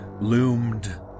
loomed